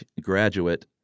graduate